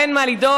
אין מה לדאוג.